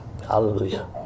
Hallelujah